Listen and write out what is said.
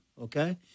okay